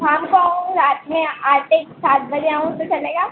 शाम को आऊँ रात में आठ एक सात बजे आऊँ तो चलेगा